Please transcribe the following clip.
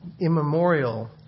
immemorial